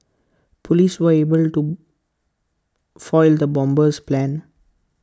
Police were able to foil the bomber's plans